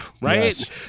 right